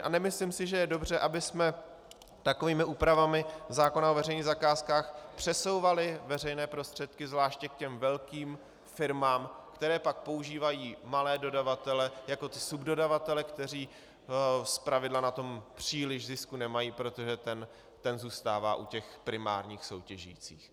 A nemyslím si, že je dobře, abychom takovými úpravami zákona o veřejných zakázkách přesouvali veřejné prostředky zvláště k těm velkým firmám, které pak používají malé dodavatele jako ty subdodavatele, kteří zpravidla na tom příliš zisku nemají, protože ten zůstává u primárních soutěžících.